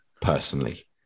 personally